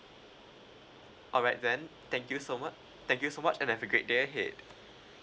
alright then thank you so much thank you so much and have a great day ahead